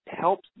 helps